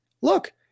look